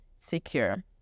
secure